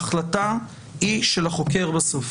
ובסוף ההחלטה היא של החוקר.